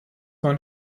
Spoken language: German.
man